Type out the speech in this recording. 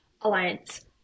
Alliance